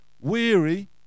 weary